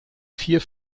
vier